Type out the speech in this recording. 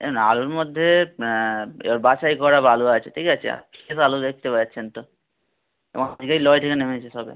এ না আলুর মধ্যে এবার বাছাই করা ব আলু আছে ঠিক আছে এবা আলু দেখতে পাচ্ছেন তো এবং আমাদের লরি এখানে নেমেছে সবে